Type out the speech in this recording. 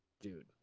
dude